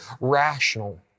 rational